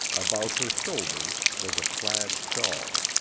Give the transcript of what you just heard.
about her shoulders was a plaid shawl.